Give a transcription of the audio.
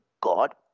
God